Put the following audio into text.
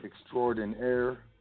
extraordinaire